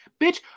Bitch